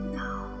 now